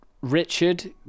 Richard